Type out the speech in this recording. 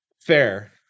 Fair